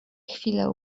chwile